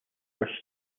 were